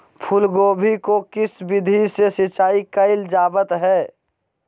फूलगोभी को किस विधि से सिंचाई कईल जावत हैं?